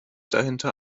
dahinter